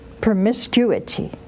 promiscuity